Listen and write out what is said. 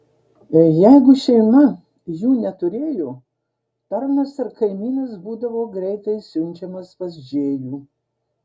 jeigu šeima jų neturėjo tarnas ar kaimynas būdavo greitai siunčiamas pas džėjų